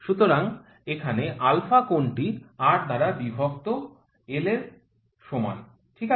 সুতরাং এখানে α কোণটি R দ্বারা বিভক্ত l এর সমান ঠিক আছে